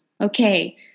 Okay